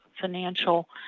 financial